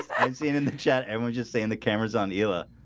and seen in the chat, and we're just saying the cameras on illa